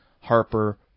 Harper